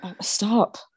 stop